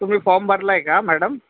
तुम्ही फॉर्म भरला आहे का मॅडम